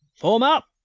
form up!